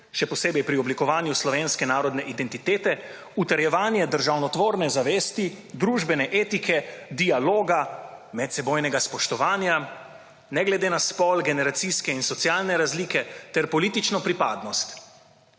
še posebej pri oblikovanju slovenske narodne identitete, utrjevanje državotvorne zavesti, družbene etike, dialoga, medsebojnega spoštovanja ne glede na spol, generacijske in socialne razlike ter politično pripadnost.